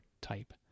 type